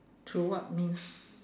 through what means